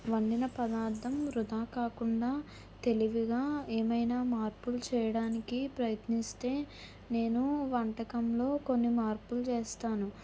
వండిన పదార్థం వృధా కాకుండా తెలివిగా ఏమైనా మార్పులు చేయడానికి ప్రయత్నిస్తే నేను వంటకంలో కొన్ని మార్పులు చేస్తాను